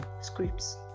scripts